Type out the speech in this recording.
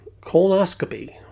colonoscopy